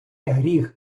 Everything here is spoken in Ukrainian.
гріх